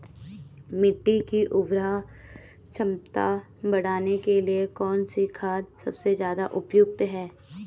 मिट्टी की उर्वरा क्षमता बढ़ाने के लिए कौन सी खाद सबसे ज़्यादा उपयुक्त है?